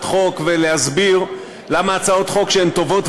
חוק ולהסביר למה הצעות חוק שהן טובות,